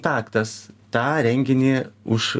taktas tą renginį už